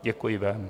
Děkuji vám.